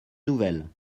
nouvelle